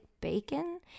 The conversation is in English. bacon